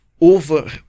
over